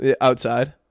Outside